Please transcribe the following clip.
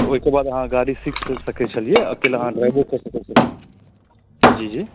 ओहिके बाद अहाँ गाड़ी सीख सकैत छलियै अकेले अहाँ ड्राइवो कऽ सकैत छलियै जी जी